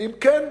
ואם כן,